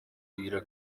bibwira